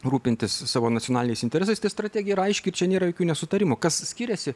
rūpintis savo nacionaliniais interesais tai strategija yra aiški ir čia nėra jokių nesutarimų kas skiriasi